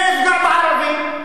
זה יפגע בערבים,